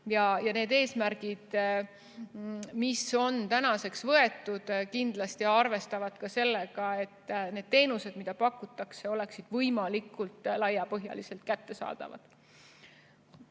Need eesmärgid, mis on seatud, kindlasti arvestavad ka sellega, et need teenused, mida pakutakse, oleksid võimalikult laiapõhjaliselt kättesaadavad.